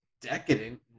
decadent